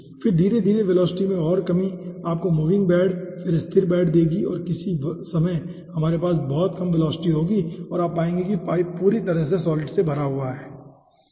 फिर धीरे धीरे वेलोसिटी में और कमी आपको मूविंग बेड फिर स्थिर बेड देगी और किसी समय हमारे पास बहुत कम वेलोसिटी होगी आप पाएंगे कि पाइप पूरी तरह से सॉलिड से भरा हुआ है ठीक है